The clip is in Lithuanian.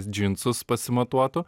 džinsus pasimatuotų